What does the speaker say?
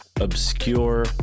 obscure